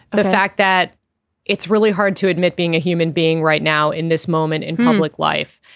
the fact that it's really hard to admit being a human being right now in this moment in public life.